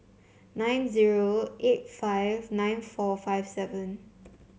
nine zero eight five nine four five seven